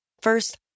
First